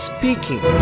Speaking